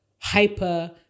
Hyper